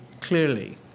clearly